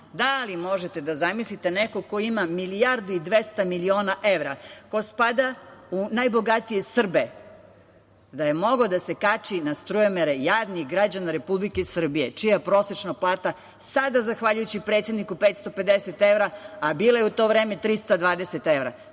Da li možete da zamislite, neko ko ima milijardu i 200 miliona evra, ko spada u najbogatije Srbe, da je mogao da se kači na strujomere jadnih građana Republike Srbije, čija je prosečna plata sada, zahvaljujući predsedniku, 550 evra, a bila je u to vreme 320 evra.